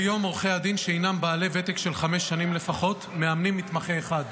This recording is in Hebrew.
כיום עורכי דין שהם בעלי ותק של חמש שנים לפחות מאמנים מתמחה אחד.